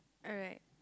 alright